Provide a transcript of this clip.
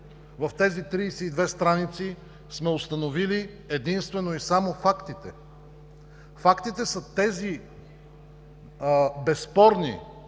в тези 32 страници, сме установили единствено и само фактите. Фактите са тези безспорни,